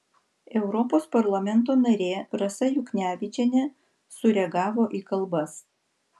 europos parlamento narė rasa juknevičienė sureagavo į kalbas